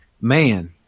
Man